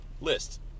list